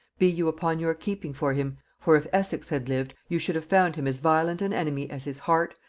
be you upon your keeping for him for, if essex had lived, you should have found him as violent an enemy as his heart,